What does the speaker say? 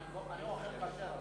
אני אוכל כשר.